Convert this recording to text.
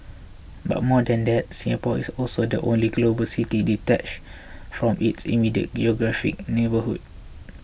but more than that Singapore is also the only global city detached from its immediate geographic neighbourhood